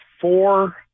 four